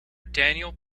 daniel